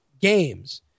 games